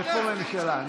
איפה הממשלה?